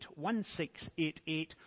1688